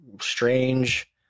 strange